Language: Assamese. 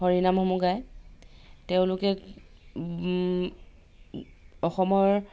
হৰিনামসমূহ গায় তেওঁলোকে অসমৰ